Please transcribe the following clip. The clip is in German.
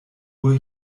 uhr